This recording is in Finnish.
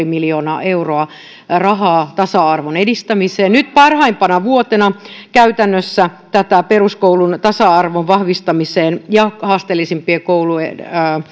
miljoonaa euroa rahaa tasa arvon edistämiseen nyt parhaimpana vuotena käytännössä peruskoulun tasa arvon vahvistamiseen ja haasteellisimpien koulujen